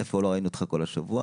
איפה לא ראינו אותך כל השבוע.